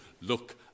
Look